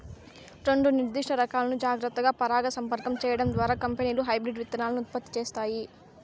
రెండు నిర్దిష్ట రకాలను జాగ్రత్తగా పరాగసంపర్కం చేయడం ద్వారా కంపెనీలు హైబ్రిడ్ విత్తనాలను ఉత్పత్తి చేస్తాయి